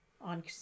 on